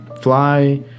fly